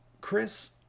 Chris